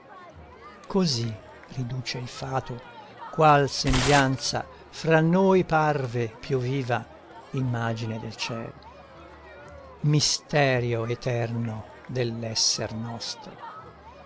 così riduce il fato qual sembianza fra noi parve più viva immagine del ciel misterio eterno dell'esser nostro